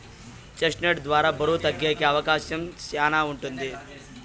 chest నట్ ద్వారా బరువు తగ్గేకి అవకాశం శ్యానా ఉంటది